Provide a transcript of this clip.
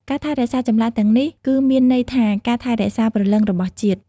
ការថែរក្សាចម្លាក់ទាំងនេះគឺមានន័យថាការថែរក្សាព្រលឹងរបស់ជាតិ។